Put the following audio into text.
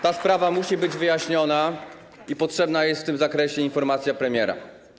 Ta sprawa musi być wyjaśniona i potrzebna jest w tym zakresie informacja premiera.